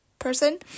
person